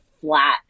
flat